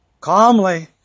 Calmly